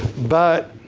but